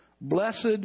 Blessed